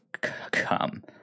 come